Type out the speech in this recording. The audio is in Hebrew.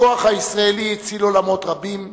הכוח הישראלי הציל עולמות רבים,